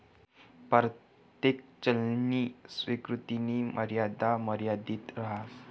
परतेक चलननी स्वीकृतीनी मर्यादा मर्यादित रहास